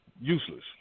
useless